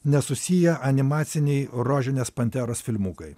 nesusiję animaciniai rožinės panteros filmukai